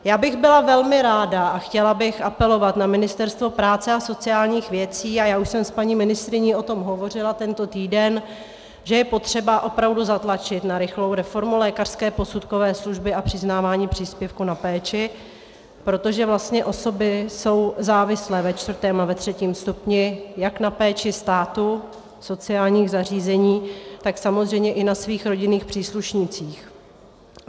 Já bych byla velmi ráda, a chtěla bych apelovat na Ministerstvo práce a sociálních věcí, a já už jsem s paní ministryní o tom hovořila tento týden, že je potřeba opravdu zatlačit na rychlou reformu lékařské posudkové služby a přiznávání příspěvku na péči, protože ty osoby ve čtvrtém a ve třetím stupni jsou závislé jak na péči státu, sociálních zařízení, tak samozřejmě i na svých rodinných příslušnících.